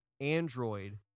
Android